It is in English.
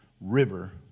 river